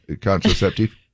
contraceptive